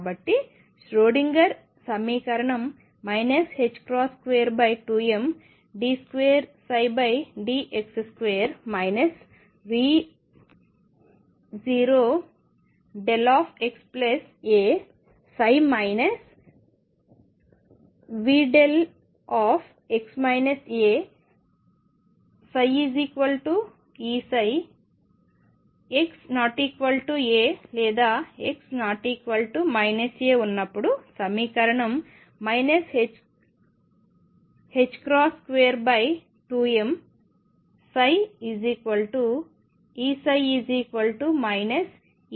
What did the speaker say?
కాబట్టి ష్రోడింగర్ సమీకరణం 22md2dx2 V0xaψ V0x aψEψ x≠a లేదా x≠ a ఉన్నప్పుడు సమీకరణం 22mEψ |E|ψ